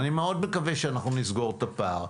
אני מאוד מקווה שאנחנו נסגור את הפער,